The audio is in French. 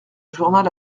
journal